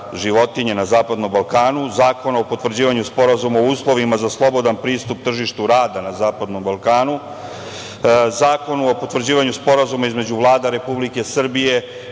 životinje na Zapadnom Balkanu, Zakon o potvrđivanju Sporazuma o uslovima za slobodan pristup tržištu rada na Zapadnom Balkanu, Zakon o potvrđivanju Sporazuma između vlada Republike Srbije